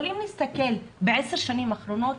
אבל אם נסתכל בעשר השנים האחרונות,